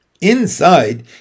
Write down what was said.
Inside